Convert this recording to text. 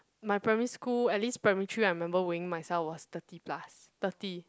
my primary school at least primary three I remember weighing myself was thirty plus thirty